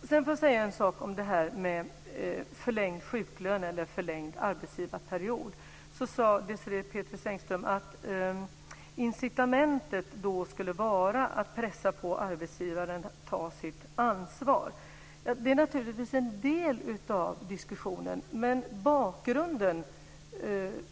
Jag vill också säga en sak om detta med förlängd arbetsgivarperiod. Désirée Pethrus Engström sade att incitamentet då skulle vara att pressa arbetsgivaren att ta sitt ansvar. Det är naturligtvis en del av diskussionen, men bakgrunden